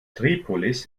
tripolis